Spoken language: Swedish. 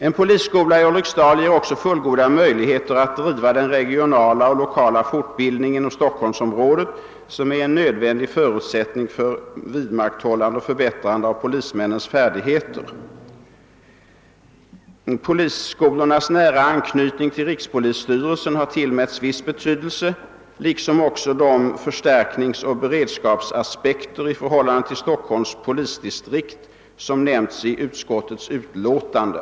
En polisskola i Ulriksdal ger också fullgoda möjligheter att driva den regionala och lokala fortbildningen inom Stockholmsområdet som är en nödvändig förutsättning för vidmakthållande och förbättrande av polismännens färdigheter. Polisskolornas nära anknytning till rikspolisstyrelsen har tillmätts viss betydelse liksom de förstärkningsoch beredskapsaspekter i förhållande till Stockholms polisdistrikt som nämns i utskottets utlåtande.